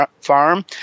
Farm